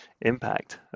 impact